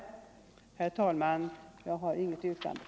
Herr talman! Jag har inget yrkande.